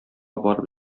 барып